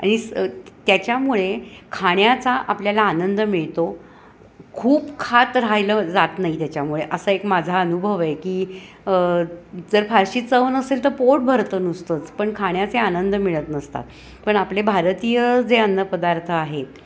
आणि स त्याच्यामुळे खाण्याचा आपल्याला आनंद मिळतो खूप खात राहिलं जात नाही त्याच्यामुळे असा एक माझा अनुभव आहे की जर फारशी चव नसेल तर पोट भरतं नुसतंच पण खाण्याचे आनंद मिळत नसतात पण आपले भारतीय जे अन्नपदार्थ आहेत